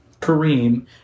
Kareem